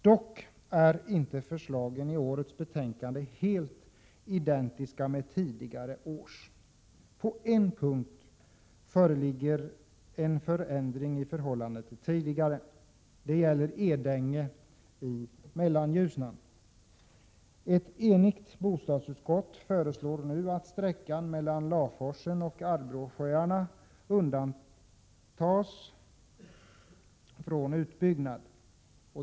Dock är inte förslagen i årets betänkande helt identiska med tidigare års. På en punkt som gäller Edänge i Mellanljusnan föreligger en förändring i förhållande till tidigare. Ett enigt bostadsutskott föreslår nu att sträckan mellan Laforsen och Arbråsjöarna undantas från utbyggnad.